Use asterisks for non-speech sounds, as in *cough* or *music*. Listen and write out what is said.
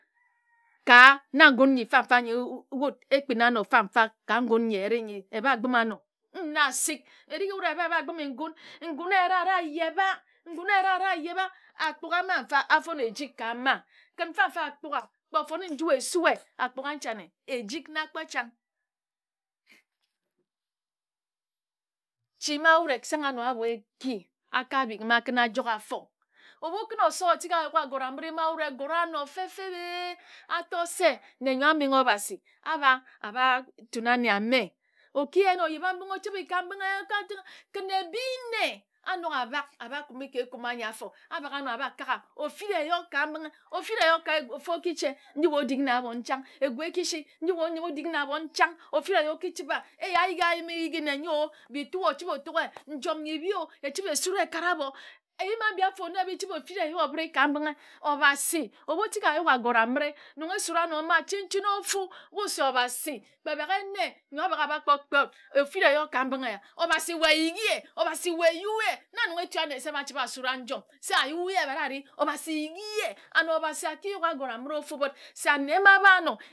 Ka na ngan nyi mganfa anyi wut e kpina ano ka ngun nyi eyere nyi e bha gbǝme ane nna a sik. Erik nji wut e bha gbǝme ngun. Ngun eyere ari a yebha n gun eyere a ru a yebha. Akpugha mma nfa afone ejik ka mmbi kǝ nfa nfa akpugha *noise* kpe o fone *noise* nji e sue *noise* akpugha nchane ejik na kpo changhe *noise* A nne echi mma wut e sanghe ano e ki a ka bhik mma kǝn a jok afo. Obhu kǝn oso wo tik a yuk agore amǝre mma wut e gore ano fep fep e e. A to se nne a menghe obhasi a bha a bha tuni ane ame o ki yen oyebha mbǝŋghe o chəbhe ka mbənghe ee kən ebi nnne a nak a bha kumi ka ekume anyi afo a bhak ano a bha kagha ofinaeyo ka mbənghe ofireyo ka ofu oki che nji we o dik na abhon chang. Egu e ki nju we o dik na abhon chang ofira eyo o ku chəbha e yia a yim a yighi nne nyo a bitu o o chəbhe otuk ye. Njom nyi bhi e chəbhe e sura e kara abho. Eyim anbi afo na bi chəbhe ofiraeyo obhəre ka mbənghe obhasi ebhu tik a yuk agore aməre nong e sura ano mma chenchen ofu wut se obhasi kpe baghe nne nyo a bhak a bha kpo kpe wut ofira eyo ka mbənghe obhasi we yighi ye obhase we yue ye. Na nong etu ane a chəbhe a sura njom se a yue ye ebhat a ri yighi ye an *unintelligible* obhasi a ki yuk agore ofu bət se ane